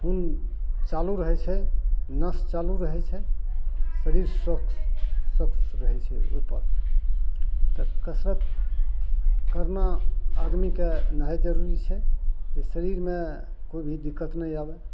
खून चालू रहय छै नस चालू रहय छै शरीर स्वस्थ स्वस्थ रहय छै ओकर तऽ कसरत करना आदमीके निहायत जरूरी छै जे शरीरमे कोइ भी दिक्कत नहि आबय